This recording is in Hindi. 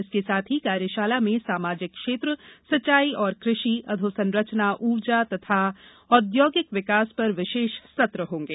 इसके साथ ही कार्यशाला में सामाजिक क्षेत्र सिंचाई तथा कृषि अधोसंरचना ऊर्जा तथा औद्योगिक विकास पर विशेष सत्र होंगे